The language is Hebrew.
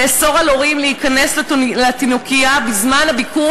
לאסור על הורים להיכנס לתינוקייה בזמן הביקור